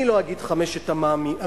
אני לא אגיד חמשת המ"מים,